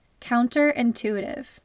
Counterintuitive